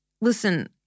listen